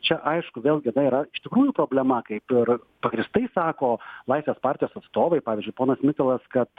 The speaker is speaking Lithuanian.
čia aišku vėlgi na yra iš tikrųjų problema kaip ir pagrįstai sako laisvės partijos atstovai pavyzdžiui ponas mitalas kad